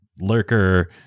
lurker